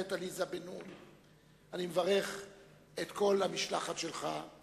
גברת עליזה בן-נון, אני מברך את כל המשלחת שלך.